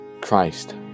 Christ